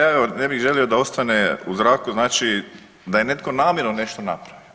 Pa ja evo ne bi želio da ostane u zraku znači da je netko namjerno nešto napravio.